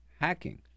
hacking